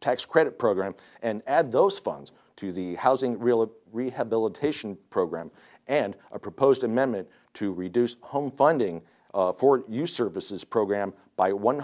tax credit program and add those funds to the housing rehabilitation program and a proposed amendment to reduce home funding for your services program by one